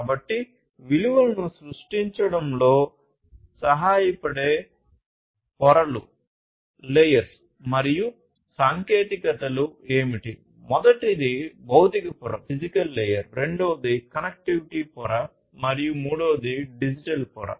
కాబట్టి విలువలను సృష్టించడంలో రెండవది కనెక్టివిటీ పొర మరియు మూడవది డిజిటల్ పొర